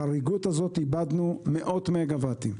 בחריגות הזאת איבדנו מאות מגוואטים.